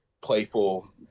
playful